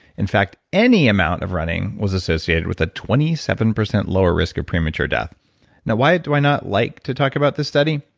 in fact, any amount of running was associated with a twenty seven percent lower risk of premature death now, why do i not like to talk about this study?